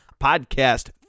podcast